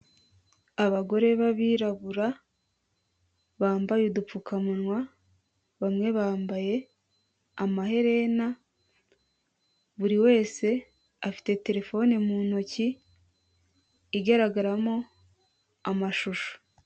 Abagore b'abirabura bambaye udupfukamunwa bamwe bambaye amaherena buri wese afite telefone mu ntoki igaragaramo amashusho.